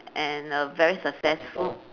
and a very successful